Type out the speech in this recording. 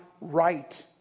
right